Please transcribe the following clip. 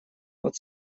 вот